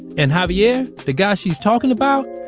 and javier, the guy she's talking about,